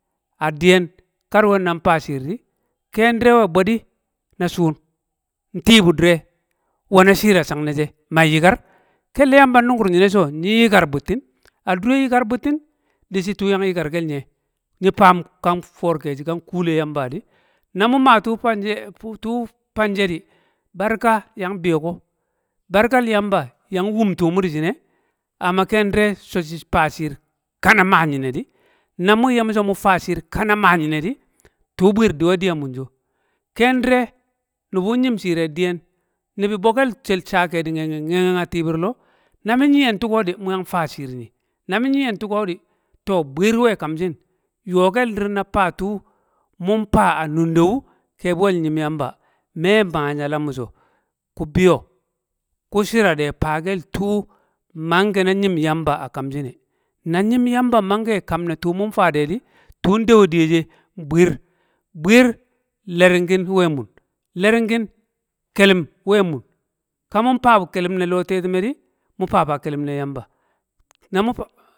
A diyen, ka duwe nan faa shiir de, ken dire we diwe de na shaan, nti ba dire, nwe na shii a shang ne she, man yikar. Kelle yamba nnungur nyine so nyi yikar buttin, a dure yikar buttin, dishi tuu yang yikar kel nye nyi faam foor keshi kan kuule yamba di. Na mu maa tuu fanshe tu- tu fanshe di, barka yang biyo ko, barkel yamba yang wum tuu mu di shi ne amma ken dire so shi faa shir ka na ma nyine di. Na mun ye mu so mu faa kiir ka na muu nyine di, tuu bwiir diwe diwe di a munjo. Ken dire, nubu nyim shire diyen, nibi bo kel shel sa kedi ngye ngen ngue ngyen a tibir loo. Na min nyen tuu ko di, mu yang faa shiir nyi, na min nyiyen tuko di to bwiir nwe kam shinyo kel dir na faa tuu mun faa a nunde wu nke bi well nyim yamba. Me ma nyala mi so ku biyo, ku shira de fakel tuu mange na yim yamba a kamshin e. Na nyim yamba mange a kamne tun un faa de di, tuun do diye she nbwiir, bwiir lering kin nwe mun lering kin, kelum nwe me ka mun fa bu kelum na lo tetume, di, mu faa fa kelum ne yamba namu fa.